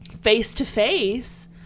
face-to-face